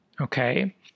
okay